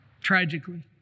tragically